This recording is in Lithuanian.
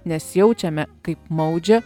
nes jaučiame kaip maudžia